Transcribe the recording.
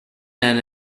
and